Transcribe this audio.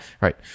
Right